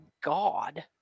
God